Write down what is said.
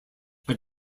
are